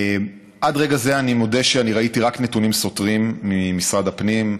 עד רגע זה אני מודה שאני ראיתי רק נתונים סותרים ממשרד הפנים,